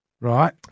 Right